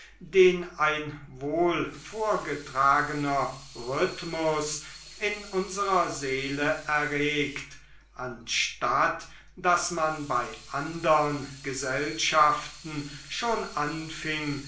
den ein wohlvorgetragener rhythmus in unsrer seele erregt anstatt daß man bei andern gesellschaften schon anfing